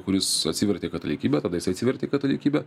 kuris atsivertė į katalikybę tada jisai atsivertė į katalikybę